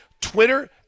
Twitter